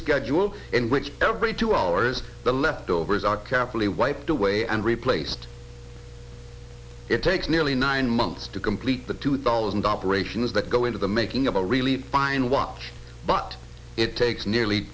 schedule in which every two hours the leftovers are carefully wiped away and replaced it takes nearly nine months to complete the two thousand operations that go into the making of a really fine watch but it takes nearly